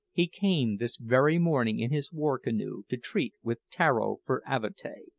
he came this very morning in his war-canoe to treat with tararo for avatea.